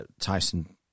Tyson